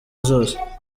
zose